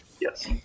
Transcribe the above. Yes